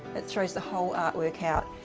it throws the whole artwork out.